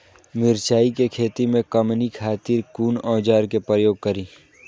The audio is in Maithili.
मिरचाई के खेती में कमनी खातिर कुन औजार के प्रयोग करी?